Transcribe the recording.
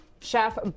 Chef